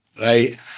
right